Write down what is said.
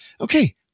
Okay